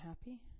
happy